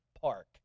park